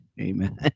Amen